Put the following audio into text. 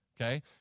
Okay